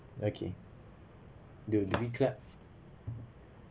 okay do do we clap